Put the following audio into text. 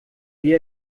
wie